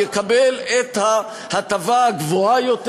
יקבל את ההטבה הגבוהה יותר,